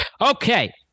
Okay